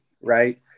Right